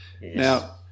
now